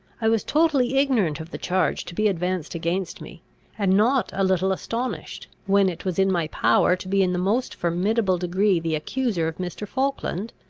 i was totally ignorant of the charge to be advanced against me and not a little astonished, when it was in my power to be in the most formidable degree the accuser of mr. falkland,